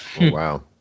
wow